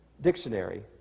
dictionary